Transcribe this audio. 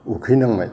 उखैनांनाय